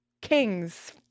kings